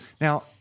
Now